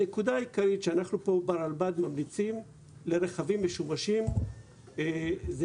הנקודה העיקרית שאנחנו פה ברלב"ד ממליצים לרכבים משומשים זה